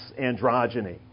androgyny